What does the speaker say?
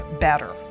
better